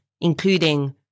including